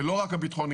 לא רק הביטחוני,